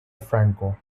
franco